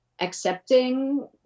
accepting